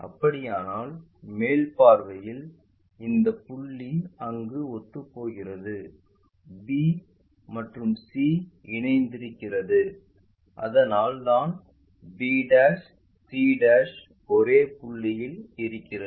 அப்படியானால் மேல் பார்வையில் இந்த புள்ளி அங்கு ஒத்துப்போகிறது b மற்றும் c இணைந்திருக்கிறது அதனால் தான் b c ஒரே புள்ளியில் இருக்கிறது